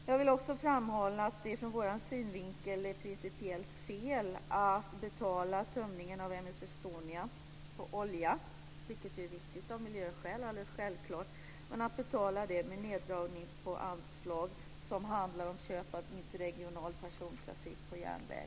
Jag vill också framhålla att vi anser att det är principiellt fel att betala tömningen av MS Estonia på olja, vilket alldeles självklart är viktigt av miljöskäl, med neddragningar av anslag som handlar om köp av interregional persontrafik på järnväg.